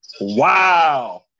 Wow